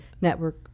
network